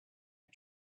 our